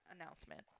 announcement